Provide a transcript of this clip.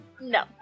No